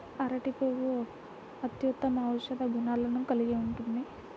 అరటి పువ్వు అత్యుత్తమ ఔషధ గుణాలను కలిగి ఉంటుంది